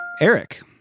Eric